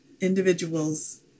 individuals